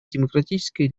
демократической